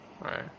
Right